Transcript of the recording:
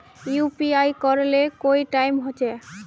UPI करे ले कोई टाइम होचे?